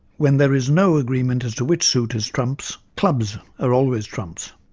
when there is no agreement as to which suite is trumps, clubs are always trumps.